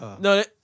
No